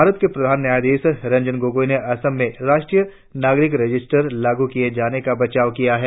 भारत के प्रधान न्यायाधीश रंजन गोगोई ने असम में राष्ट्रीय नागरिक रजिस्टर लागू किए जाने का बचाव किया है